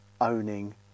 owning